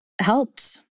helps